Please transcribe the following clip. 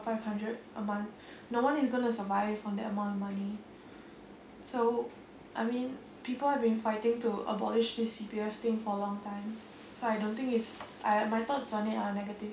five hundred a month no one is going to survive on that amount of money so I mean people have been fighting to abolish this C_P_F thing for a long time so I don't think is I my thoughts on it are negative